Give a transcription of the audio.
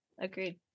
Agreed